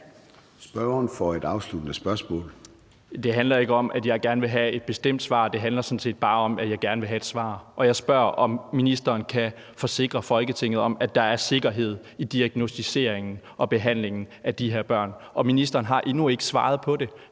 spørgsmål. Kl. 13:21 Mikkel Bjørn (DF): Det handler ikke om, at jeg gerne vil have et bestemt svar. Det handler sådan set bare om, at jeg gerne vil have et svar. Jeg spørger, om ministeren kan forsikre Folketinget om, at der er sikkerhed i diagnosticeringen og behandlingen af de her børn, og ministeren har endnu ikke svaret på det.